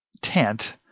tent